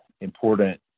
important